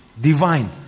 divine